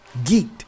geeked